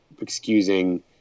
excusing